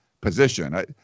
position